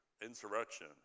Insurrection